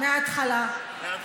מהתחלה.